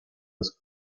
los